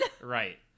Right